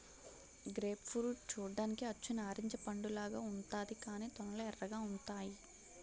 grape fruit చూడ్డానికి అచ్చు నారింజ పండులాగా ఉంతాది కాని తొనలు ఎర్రగా ఉంతాయి